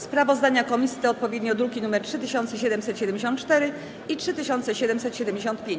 Sprawozdania komisji to odpowiednio druki nr 3774 i 3775.